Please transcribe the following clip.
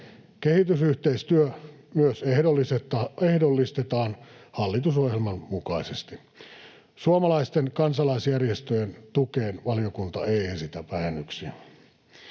Kehitysyhteistyö myös ehdollistetaan hallitusohjelman mukaisesti. Suomalaisten kansalaisjärjestöjen tukeen valiokunta ei esitä vähennyksiä.